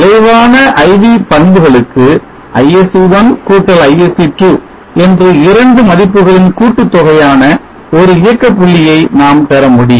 விளைவான IV பண்புகளுக்கு ISC1 ISC2 என்று இரண்டு மதிப்புகளின் கூட்டுத் தொகையான ஒரு இயக்கப்புள்ளியை நாம் பெற முடியும்